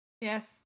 Yes